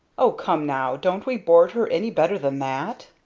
o come now, don't we board her any better than that?